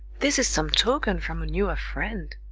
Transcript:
this is some token from a newer friend.